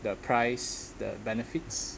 the price the benefits